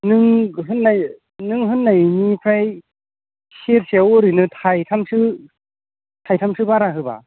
नों होन्नाय नों होन्नायनिफ्राय सेरसेआव ओरैनो थायथामसो थायथामसो बारा होबा